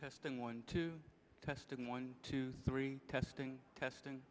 testing one two testing one two three testing testing